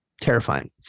terrifying